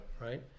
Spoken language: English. right